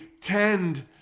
tend